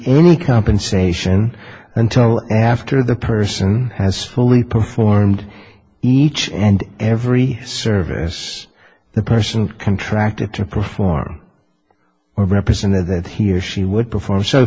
any compensation until after the person has fully performed each and every service the person contracted to perform or represented that he or she would perform s